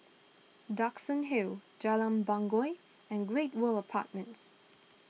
Duxton Hill Jalan Bangau and Great World Apartments